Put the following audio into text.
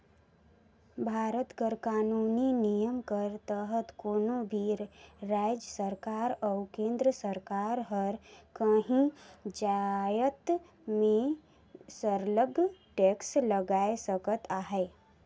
भारत कर कानूनी नियम कर तहत कोनो भी राएज सरकार अउ केन्द्र कर सरकार हर काहीं जाएत में सरलग टेक्स लगाए सकत अहे